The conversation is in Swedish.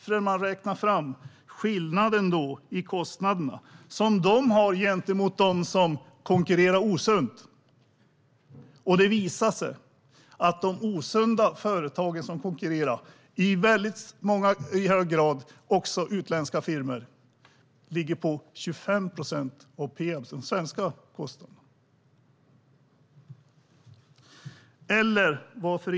Peab har räknat fram skillnaden i kostnaderna som de har gentemot dem som konkurrerar osunt. Det har visat sig att de företag, också utländska firmor, som agerar i osund konkurrens i hög grad ligger på 25 procent av de svenska kostnaderna.